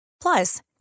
Plus